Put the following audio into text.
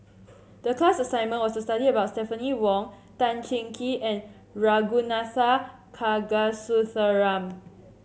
the class assignment was to study about Stephanie Wong Tan Cheng Kee and Ragunathar Kanagasuntheram